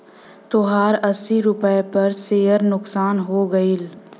तोहार अस्सी रुपैया पर सेअर नुकसान हो गइल